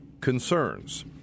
concerns